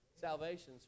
Salvation's